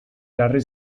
jarri